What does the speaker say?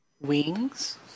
wings